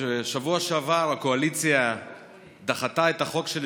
בשבוע שעבר הקואליציה דחתה את החוק שלי